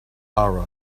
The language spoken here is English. aura